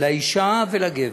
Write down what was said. לאישה ולגבר,